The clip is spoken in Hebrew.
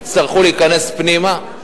יצטרכו להיכנס פנימה.